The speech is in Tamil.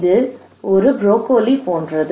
இது ப்ரோக்கோலி போன்றது